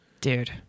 Dude